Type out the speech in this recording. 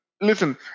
listen